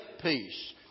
peace